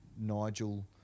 nigel